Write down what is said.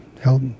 held